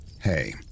Hey